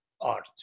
Art